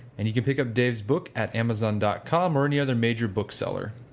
and you can pick up dave's book at amazon dot com or any other major bookseller.